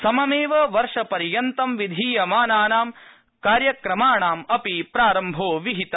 सममेव वर्षपर्यन्तं विधीयमानानां कार्यक्रमाणां अपि प्रारम्भो विहित